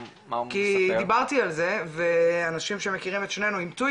כי דיברתי על זה ואנשים שמכירים את שנינו אימתו